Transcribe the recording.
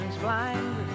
blind